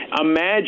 Imagine